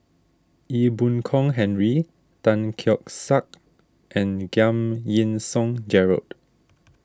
Ee Boon Kong Henry Tan Keong Saik and Giam Yean Song Gerald